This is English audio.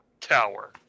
tower